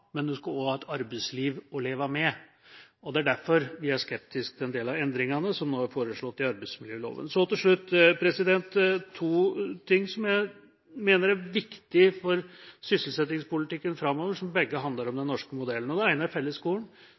men man skal også ha et arbeidsliv å leve med. Det er derfor vi er skeptiske til en del av endringene som nå er foreslått i arbeidsmiljøloven. Så til slutt to ting som jeg mener er viktig for sysselsettingspolitikken framover, som begge handler om den norske modellen. Det ene er fellesskolen,